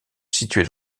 situé